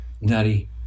nutty